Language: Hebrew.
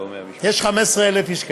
יש 15,000 איש כאלה.